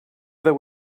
there